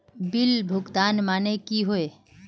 Bill भुगतान माने की होय?